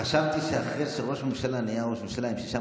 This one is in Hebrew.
חשבתי שאחרי שראש ממשלה נהיה ראש ממשלה עם שישה